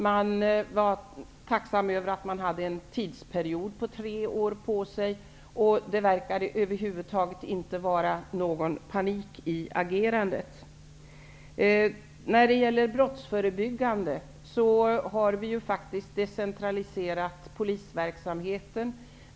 De var tacksamma över att få ha en tidsperiod på tre år på sig. Det verkade över huvud taget inte vara någon panik i agerandet. När det gäller det brottsförebyggande arbetet, har faktiskt polisverksamheten decentraliserats.